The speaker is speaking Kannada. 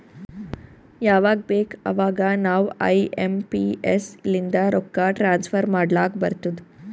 ಯವಾಗ್ ಬೇಕ್ ಅವಾಗ ನಾವ್ ಐ ಎಂ ಪಿ ಎಸ್ ಲಿಂದ ರೊಕ್ಕಾ ಟ್ರಾನ್ಸಫರ್ ಮಾಡ್ಲಾಕ್ ಬರ್ತುದ್